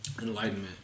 enlightenment